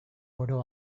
oro